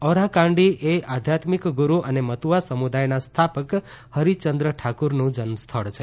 ઓરાકાંડી એ આધ્યાત્મિક ગુરૂ અને મતુઆ સમુદાયના સ્થાપક હરિચંદ્ર ઠાકુરનું જન્મસ્થળ છે